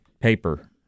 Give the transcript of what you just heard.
paper